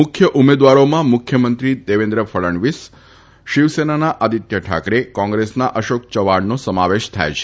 મુખ્ય ઉમેદવારોમાં મુખ્યમંત્રી દેવેન્દ્ર ફડણવીસ શિવસેનાના આદિત્ય ઠાકરે કોંગ્રેસના અશોક ચવાણનો સમાવેશ થાય છે